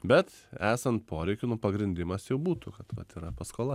bet esant poreikiui nu pagrindimas jau būtų kad vat yra paskola